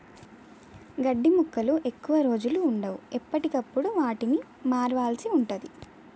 గడ్డి మొక్కలు ఎక్కువ రోజులు వుండవు, ఎప్పటికప్పుడు వాటిని మార్వాల్సి ఉంటది